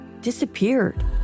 disappeared